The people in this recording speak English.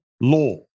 law